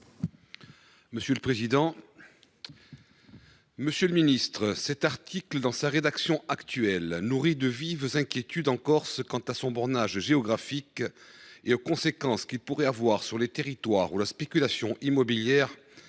Toussaint Parigi. Monsieur le ministre, cet article dans sa rédaction actuelle nourrit de vives inquiétudes en Corse quant à son bornage géographique et aux conséquences qu’il pourrait avoir sur les territoires où la spéculation immobilière est forte,